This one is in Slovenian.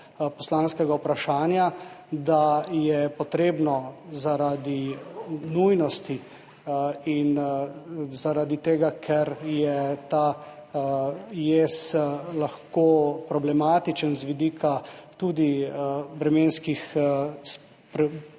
poslanskega vprašanja, da je potrebno zaradi nujnosti in zaradi tega, ker je ta jez lahko problematičen z vidika vremenskih dogodkov,